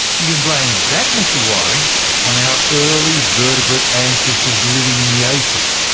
you can blame that messy wiring on our early vertebrate ancestors living in the ocean,